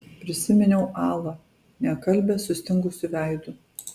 prisiminiau alą nekalbią sustingusiu veidu